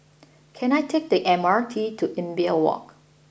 can I take the M R T to Imbiah Walk